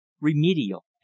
remedial